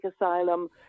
asylum